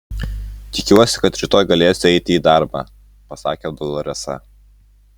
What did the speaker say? tikiuosi kad rytoj galėsiu eiti į darbą pasakė doloresa